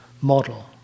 model